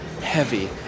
heavy